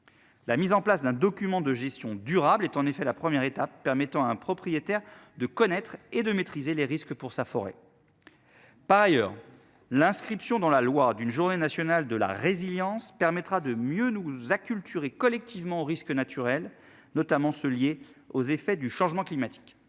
La mise en place d'un document de gestion durable est en effet la première étape permettant à un propriétaire de connaître et de maîtriser les risques pour sa forêt. Par ailleurs, l'inscription dans la loi d'une journée nationale de la résilience permettra de mieux nous a culture et collectivement aux risques naturels, notamment ceux liés aux effets du changement climatique.